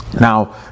Now